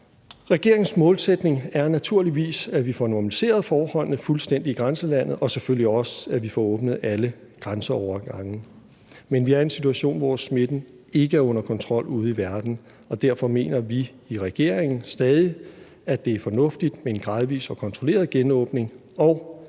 Regeringens målsætning er naturligvis, at vi får normaliseret forholdene fuldstændig i grænselandet og selvfølgelig også, at vi får åbnet alle grænseovergange. Men vi er i en situation, hvor smitten ikke er under kontrol ude i verden, og derfor mener vi i regeringen stadig, at det er fornuftigt med en gradvis og kontrolleret genåbning, og